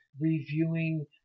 reviewing